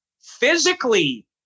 physically